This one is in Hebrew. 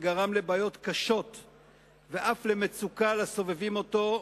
וגרם לבעיות קשות ואף למצוקה לסובבים אותו,